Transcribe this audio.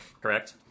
correct